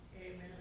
Amen